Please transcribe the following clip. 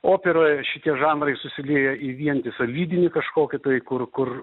operoje šitie žanrai susilieja į vientisą lydinį kažkokį tai kur kur